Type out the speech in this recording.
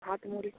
ভাত মুড়ি